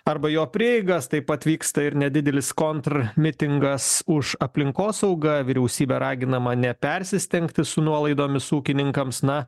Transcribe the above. arba jo prieigas taip pat vyksta ir nedidelis kontr mitingas už aplinkosaugą vyriausybė raginama nepersistengti su nuolaidomis ūkininkams na